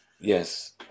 Yes